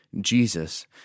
Jesus